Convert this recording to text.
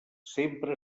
sempre